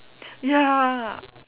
ya